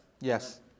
Yes